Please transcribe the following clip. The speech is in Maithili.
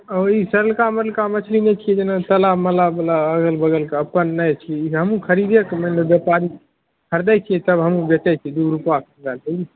ओ ई सड़लका मरलका मछली नहि छिए जेना तलाब मलाबवला अगल बगलके अप्पन नहि छी ई हमहूँ खरिदिएके मने बेपारी खरिदै छिए तब हमहूँ बेचै छी दुइ रुपा लैके ई